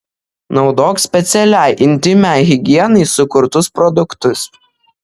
naudok specialiai intymiai higienai sukurtus produktus